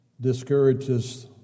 discourages